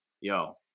yo